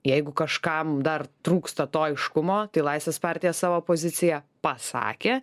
jeigu kažkam dar trūksta to aiškumo tai laisvės partija savo poziciją pasakė